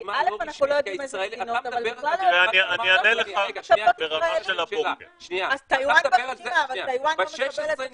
רשימה של --- אני אענה לך ברמה של --------- ב-16 נפתחים